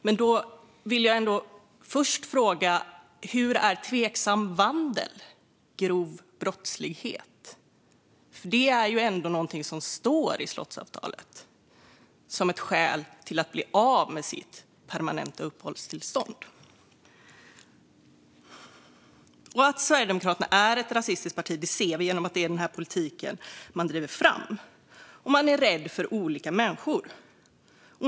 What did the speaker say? Jag vill fråga: Hur är tveksam vandel grov brottslighet? Detta är ju någonting som står i slottsavtalet som ett skäl till att någon kan bli av med sitt permanenta uppehållstillstånd. Att Sverigedemokraterna är ett rasistiskt parti ser vi genom den politik partiet driver fram. De är rädda för olika människor.